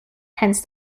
hence